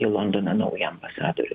į londoną naują ambasadorių